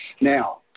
Now